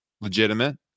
legitimate